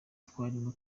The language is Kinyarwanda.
twarimo